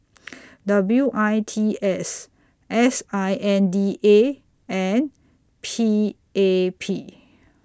W I T S S I N D A and P A P